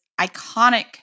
iconic